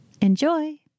enjoy